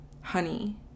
honey